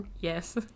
yes